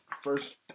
first